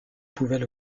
pouvaient